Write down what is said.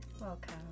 Welcome